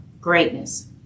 greatness